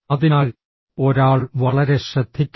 അതിനാൽ ഒരാൾ വളരെ ശ്രദ്ധിക്കണം